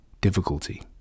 difficulty